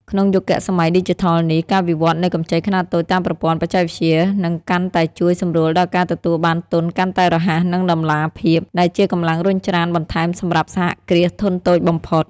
ក្នុងយុគសម័យឌីជីថលនេះ ការវិវត្តនៃកម្ចីខ្នាតតូចតាមប្រព័ន្ធបច្ចេកវិទ្យា នឹងកាន់តែជួយសម្រួលដល់ការទទួលបានទុនកាន់តែរហ័ស និងតម្លាភាព ដែលជាកម្លាំងរុញច្រានបន្ថែមសម្រាប់សហគ្រាសធុនតូចបំផុត។